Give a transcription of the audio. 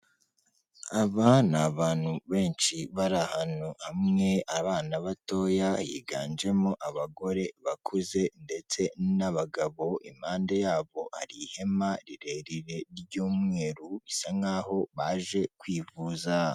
Aba ni abantu benshi bari ahantu hamwe, abana batoya, higanjemo abagore bakuze ndetse n'abagabo, impande yabo hari ihema rirerire ry'umweru, bisa nk'aho baje kwivuza.